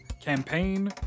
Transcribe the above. campaign